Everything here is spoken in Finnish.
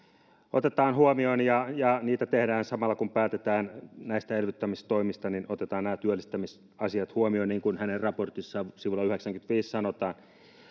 otetaan huomioon ja ja samalla kun päätetään elvyttämistoimista otetaan nämä työllistämisasiat huomioon niin kuin hänen raportissaan sivulla yhdeksäänkymmeneenviiteen sanotaan